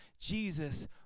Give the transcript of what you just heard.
Jesus